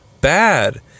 bad